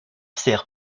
sert